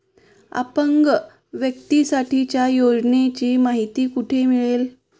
अपंग व्यक्तीसाठीच्या योजनांची माहिती कुठे मिळेल?